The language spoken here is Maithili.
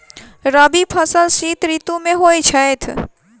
रबी फसल शीत ऋतु मे होए छैथ?